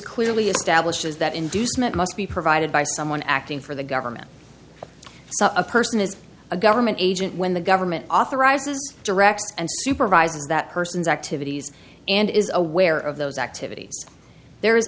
clearly establishes that inducement must be provided by someone acting for the government so a person is a government agent when the government authorizes directs and supervising that person's activities and is aware of those activities there